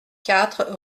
quatre